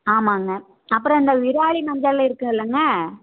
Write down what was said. ஆமாம்ங்க அப்புறம் அந்த விராலி மஞ்சள் இருக்கு இல்லைங்க